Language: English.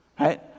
Right